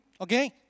okay